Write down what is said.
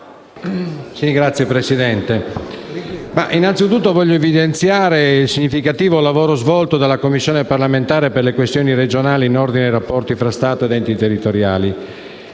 Signor Presidente, innanzitutto voglio evidenziare il significativo lavoro svolto dalla Commissione parlamentare per le questioni regionali in ordine ai rapporti fra Stato ed enti territoriali.